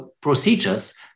procedures